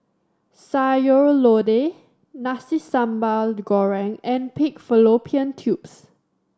Sayur Lodeh Nasi Sambal Goreng and pig fallopian tubes